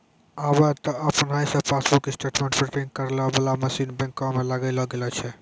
आबे त आपने से पासबुक स्टेटमेंट प्रिंटिंग करै बाला मशीन बैंको मे लगैलो गेलो छै